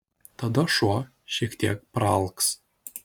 tada šuo šiek tiek praalks